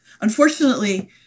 unfortunately